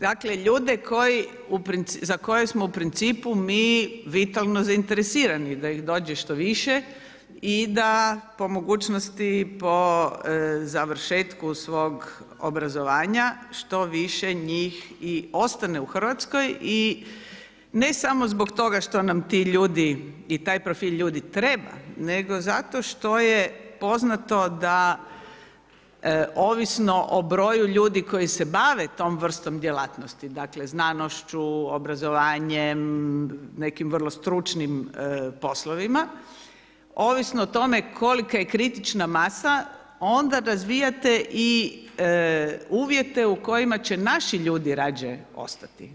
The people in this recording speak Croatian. Dakle, ljude za koje smo u principu mi vitalno zainteresirani da ih dođe što više i da po mogućnosti, po završetku svog obrazovanja što više njih i ostane u RH i ne samo zbog toga što nam ti ljudi i taj profil ljudi treba, nego zato što je poznato da ovisno o broju ljudi koji se bave tom vrstom djelatnosti, dakle, znanošću, obrazovanjem, nekim vrlo stručnim poslovima, ovisno o tome kolika je kritična masa, onda razvijate i uvjete u kojima će naši ljudi rađe ostati.